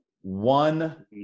One